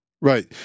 right